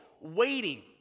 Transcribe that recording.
waiting